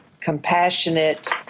compassionate